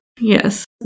Yes